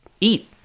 eat